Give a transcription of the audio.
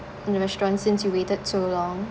in the restaurant since you waited so long